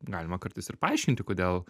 galima kartais ir paaiškinti kodėl